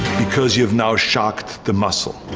because you've now shocked the muscle.